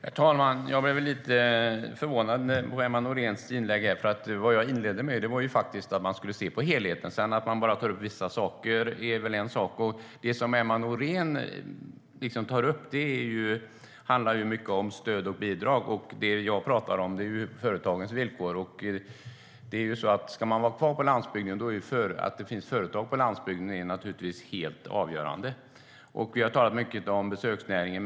Herr talman! Jag blev lite förvånad över Emma Nohréns inlägg. Jag inledde med att säga att man skulle se på helheten. Det är en annan sak att man sedan bara tar upp vissa saker. Det som Emma Nohrén tar upp handlar mycket som stöd och bidrag. Det jag talar om är företagens villkor. Ska människor vara kvar på landsbygden är det helt avgörande att det finns företag på landsbygden. Vi har talat mycket om besöksnäringen.